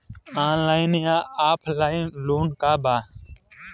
Online या offline loan का बा?